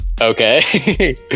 Okay